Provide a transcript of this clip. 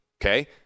Okay